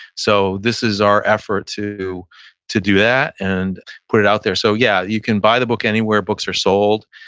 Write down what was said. so this is our effort to to do that and put it out there so yeah, you can buy the book anywhere books are sold.